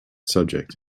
subject